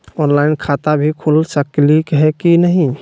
Online खाता भी खुल सकली है कि नही?